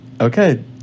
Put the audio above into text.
okay